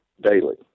daily